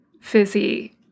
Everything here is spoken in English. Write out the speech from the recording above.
fizzy